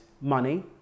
money